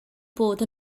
bod